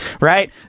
right